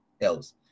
else